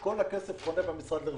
שכל הכסף חונה במשרד הרווחה.